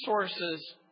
resources